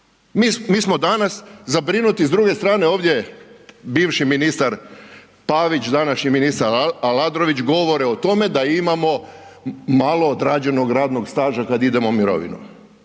Mi smo danas zabrinuti s druge strane ovdje bivši ministar Pavić, današnji ministar Aladrović govore o tome da imamo malo odrađenog radnog staža kad idemo u mirovinu.